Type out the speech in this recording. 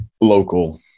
local